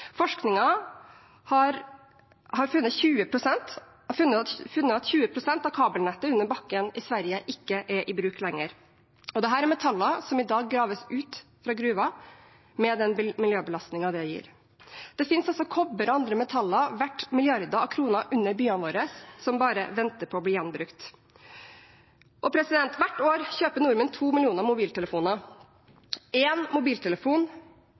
nye. Forskningen har funnet at 20 pst. av kabelnettet under bakken i Sverige ikke er i bruk lenger. Dette er metaller som i dag graves ut fra gruver, med den miljøbelastningen det gir. Det finnes også kobber og andre metaller verdt milliarder av kroner under byene våre som bare venter på å bli gjenbrukt. Hvert år kjøper nordmenn 2 millioner mobiltelefoner, én mobiltelefon inneholder gjerne 40 forskjellige metaller. Ett tonn mobiltelefoner inneholder 30–60 ganger mer gull enn ett tonn malm fra en